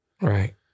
Right